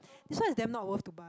this one is damn not worth to buy